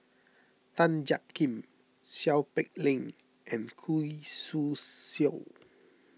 Tan Jiak Kim Seow Peck Leng and Khoo Swee Chiow